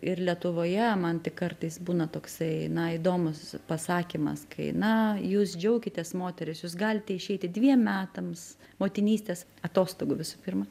ir lietuvoje man tik kartais būna toksai na įdomus pasakymas kai na jūs džiaukitės moterys jūs galite išeiti dviem metams motinystės atostogų visų pirma